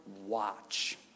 watch